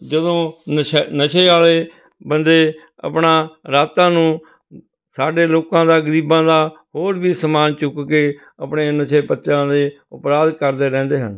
ਜਦੋਂ ਨਸ਼ੈ ਨਸ਼ੇ ਵਾਲੇ ਬੰਦੇ ਆਪਣਾ ਰਾਤਾਂ ਨੂੰ ਸਾਡੇ ਲੋਕਾਂ ਦਾ ਗਰੀਬਾਂ ਦਾ ਹੋਰ ਵੀ ਸਮਾਨ ਚੁੱਕ ਕੇ ਆਪਣੇ ਨਸ਼ੇ ਪੱਤਿਆਂ ਦੇ ਅਪਰਾਧ ਕਰਦੇ ਰਹਿੰਦੇ ਹਨ